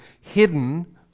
hidden